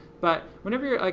but whenever you're like,